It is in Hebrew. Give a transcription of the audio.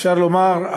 אפשר לומר,